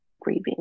grieving